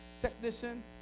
technician